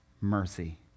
mercy